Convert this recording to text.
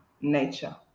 nature